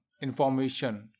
information